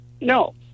No